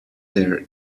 their